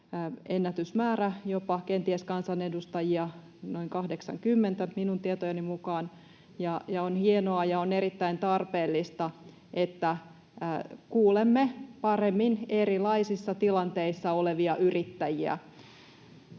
ennätysmäärä kansanedustajia, jopa kenties noin 80 minun tietojeni mukaan, ja on hienoa ja on erittäin tarpeellista, että kuulemme paremmin erilaisissa tilanteissa olevia yrittäjiä.